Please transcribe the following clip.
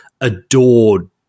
adored